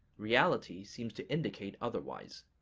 reality seems to indicate otherwise.